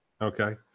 okay